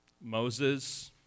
Moses